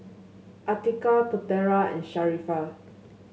Atiqah Putera and Sharifah